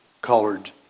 colored